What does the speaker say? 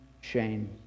shame